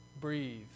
breathe